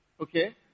Okay